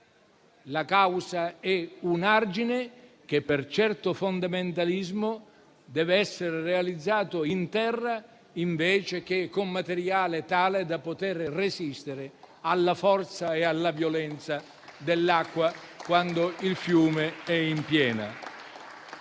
La causa è un argine che, per certo fondamentalismo, deve essere realizzato in terra invece che con materiale tale da poter resistere alla forza e alla violenza dell'acqua quando il fiume è in piena.